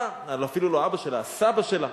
אפילו לא אבא שלה, הסבא שלה.